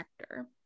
actor